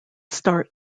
start